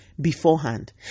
beforehand